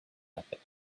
nothing